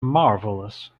marvelous